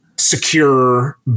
secure